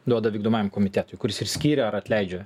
duoda vykdomajam komitetui kuris ir skiria ar atleidžia